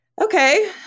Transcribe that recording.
okay